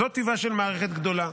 זאת טיבה של מערכת גדולה.